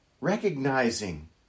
recognizing